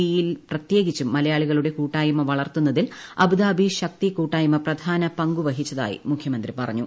ഇയിൽ പ്രത്യേകിച്ചും മലയാളികളുടെ കൂട്ടായ്മ വളർത്തുന്നതിൽ അബുദാബി ശക്തി കൂട്ടായ്മ പ്രധാന പങ്കുവഹിച്ചതായി മുഖ്യമന്ത്രി പറഞ്ഞു